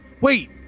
Wait